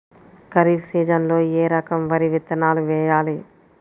ఖరీఫ్ సీజన్లో ఏ రకం వరి విత్తనాలు వేయాలి?